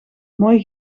mooi